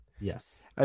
Yes